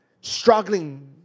struggling